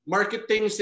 Marketing